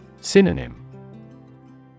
Synonym